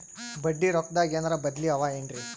ಬಡ್ಡಿ ರೊಕ್ಕದಾಗೇನರ ಬದ್ಲೀ ಅವೇನ್ರಿ?